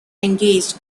engaged